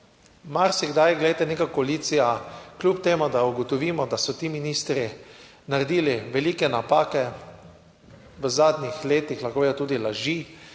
marsikdaj, glejte, neka koalicija. Kljub temu, da ugotovimo, da so ti ministri naredili velike napake v zadnjih letih, lahko tudi laži,